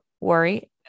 worry